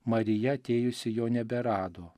marija atėjusi jo neberado